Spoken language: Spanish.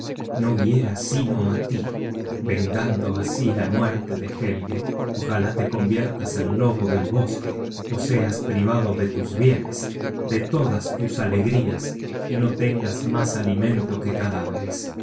no hiera sino á tí vengando así la muerte de helge ojálá te conviertas en lobo del bosque ó seas privado de tus bienes de todas tus alegrías y no tengas mas alimento que cadáveres